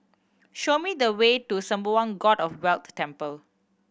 show me the way to Sembawang God of Wealth Temple